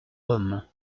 homme